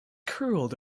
curled